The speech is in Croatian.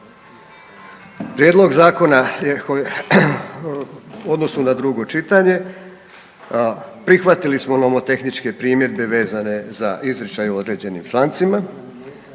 Prijedlog zakona je u odnosu na drugo čitanje, prihvatili smo nomotehničke primjedbe vezane za izričaj i određenim člancima,